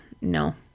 no